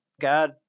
God